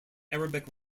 arabic